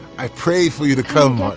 i pray for you to come. ah